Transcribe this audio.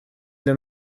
для